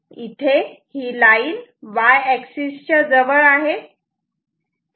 इथे ही line y axis च्या जवळ आहे